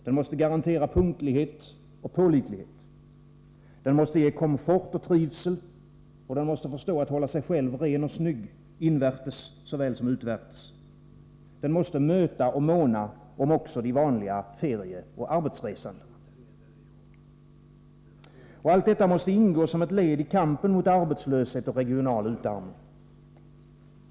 Den måste garantera punktlighet och pålitlighet. Den måste ge komfort och trivsel, och den måste vara ren och snygg både invändigt och utvändigt. Den måste även måna om de vanliga ferieoch arbetsresandena. Allt detta måste ingå som ett led i kampen mot arbetslöshet och regional utarmning.